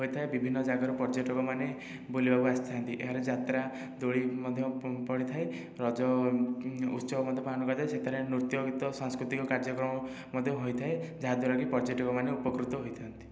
ହୋଇଥାଏ ବିଭିନ୍ନ ଜାଗାରୁ ପର୍ଯ୍ୟଟକମାନେ ବୁଲିବାକୁ ଆସିଥାନ୍ତି ଏହାର ଯାତ୍ରା ଦୋଳି ମଧ୍ୟ ପଡ଼ିଥାଏ ରଜ ଉତ୍ସବ ମଧ୍ୟ ପାଳନ କରାଯାଏ ସେଠାରେ ନୃତ୍ୟ ଗୀତ ସାଂସ୍କୃତିକ କାର୍ଯ୍ୟକ୍ରମ ମଧ୍ୟ ହୋଇଥାଏ ଯାହା ଦ୍ଵାରାକି ପର୍ଯ୍ୟଟକମାନେ ଉପକୃତ ହୋଇଥାନ୍ତି